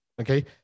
Okay